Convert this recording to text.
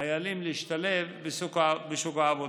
חיילים להשתלב בשוק העבודה.